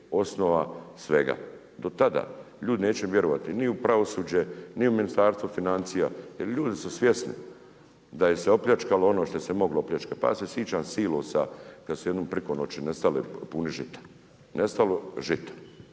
osnova svega. Do tada, ljudi neće vjerovati ni u pravosuđe, ni u Ministarstvo financija, jer ljudi su svjesni da ih se opljačkalo ono što im se moglo opljačkati. Pa ja se sjećam Silosa kada su jednom priko noći nestale puni žita. Nestalo žito,